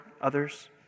others